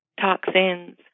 toxins